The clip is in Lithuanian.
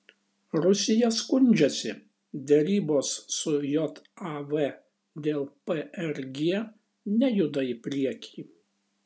rusija skundžiasi derybos su jav dėl prg nejuda į priekį